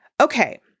Okay